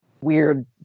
weird